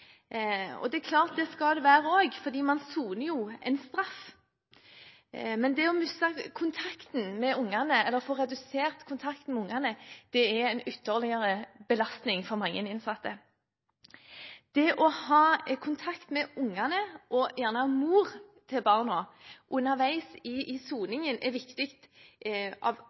er tøft for mange. Det skal det være også, for man soner jo en straff. Men det å miste kontakten med eller få redusert kontakten med ungene er en ytterligere belastning for mange innsatte. Det å ha kontakt med ungene og gjerne moren til barna underveis i soningen er viktig av